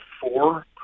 four